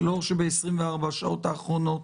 זה לא ב-24 השעות האחרונות.